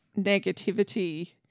negativity